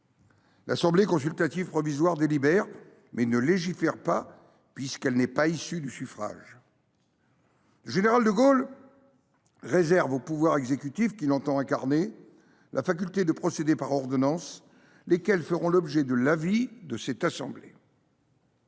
L’Assemblée consultative provisoire délibère, mais ne légifère pas, puisqu’elle n’est pas issue du suffrage universel. Le général de Gaulle réserve au pouvoir exécutif, qu’il entend incarner, la faculté de procéder par ordonnances, lesquelles font l’objet de l’avis de cette assemblée.